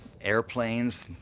airplanes